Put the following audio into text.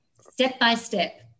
step-by-step